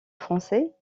français